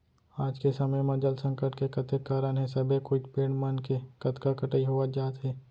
आज के समे म जल संकट के कतेक कारन हे सबे कोइत पेड़ मन के कतका कटई होवत जात हे